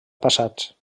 passats